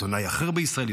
ועיתונאי אחר בישראל,